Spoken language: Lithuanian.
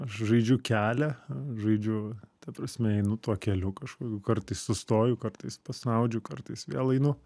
aš žaidžiu kelią žaidžiu ta prasme einu tuo keliu kažkokiu kartais sustoju kartais pasnaudžiu kartais vėl einu